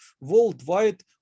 worldwide